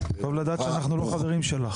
טוב לדעת שאנחנו לא חברים שלך.